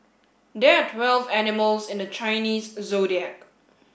there are twelve animals in the Chinese Zodiac